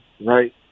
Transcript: right